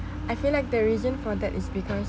I feel like the reason for that is because